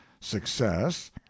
success